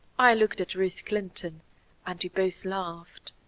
i looked at ruth clinton and we both laughed.